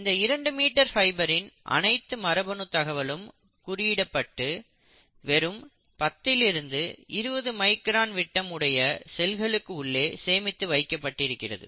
இந்த இரண்டு மீட்டர் ஃபைபரில் அனைத்து மரபணுத் தகவலும் குறியிடப்பட்டு வெறும் 10 லிருந்து 20 மைக்ரான் விட்டம் உடைய செல்களுக்கு உள்ளே சேமித்து வைக்கப்பட்டிருக்கிறது